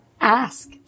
ask